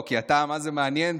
לא, כי אתה מה זה מעניין.